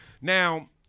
Now